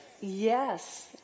Yes